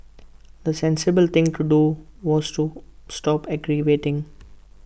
the sensible thing to do was to stop aggravating